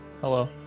Hello